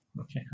Okay